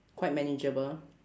quite manageable